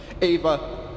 Ava